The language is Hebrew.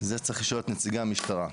את זה צריך לשאול את נציגי המשטרה.